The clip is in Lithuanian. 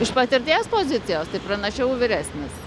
iš patirties pozicijos tai pranašiau vyresnis